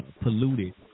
polluted